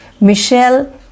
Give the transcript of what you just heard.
Michelle